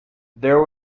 there